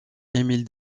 emile